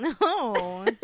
No